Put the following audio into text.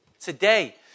today